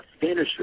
finisher